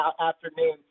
afternoon